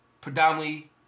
Predominantly